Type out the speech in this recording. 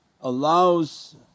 allows